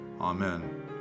Amen